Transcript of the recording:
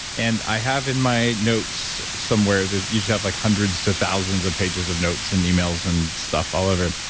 and i have in my notes somewhere that you should have like hundreds to thousands of pages of notes and emails and stuff all over.